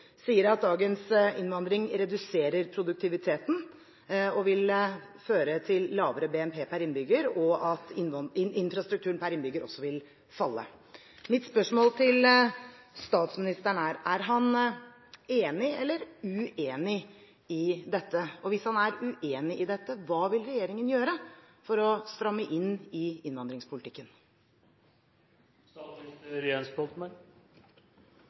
sier at dagens innvandring «reduserer produktiviteten» og vil føre til «lavere BNP pr. innbygger», og at infrastrukturen per innbygger også vil falle. Mitt spørsmål til statsministeren er: Er han enig eller uenig i dette? Hvis han er uenig i dette, hva vil regjeringen gjøre for å stramme inn på innvandringspolitikken?